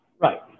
Right